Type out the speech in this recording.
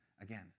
again